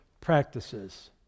practices